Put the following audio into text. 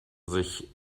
sich